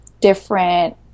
different